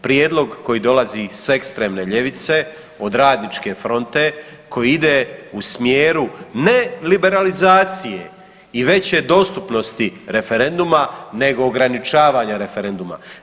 Prijedlog koji dolazi s ekstremne ljevice od Radničke fronte koji ide u smjeru ne liberalizacije i veće dostupnosti referenduma, nego ograničavanja referenduma.